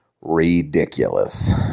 ridiculous